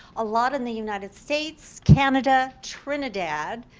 a lot in the united states, canada, trinidad,